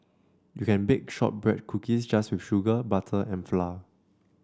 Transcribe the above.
you can bake shortbread cookies just with sugar butter and flour